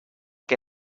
que